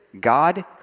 God